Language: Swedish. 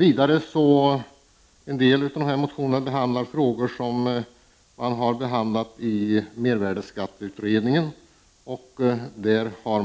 I en del av motionerna tas dessutom upp frågor som har behandlats i mervärdeskatteutredningen. Utredningen har